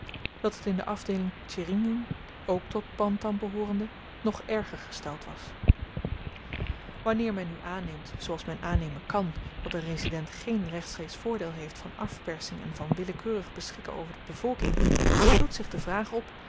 dat het in de afdeeling tjiringien ook tot bantam behoorende nog erger gesteld was wanneer men nu aanneemt zooals men aannemen kan dat een resident geen rechtstreeks voordeel heeft van afpersing en van willekeurig beschikken over de bevolking doet zich de vraag op